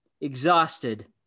exhausted